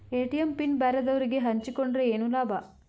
ATM pin ಬ್ಯಾರೆದವರಗೆ ಹಂಚಿಕೊಂಡರೆ ಏನು ಲಾಭ?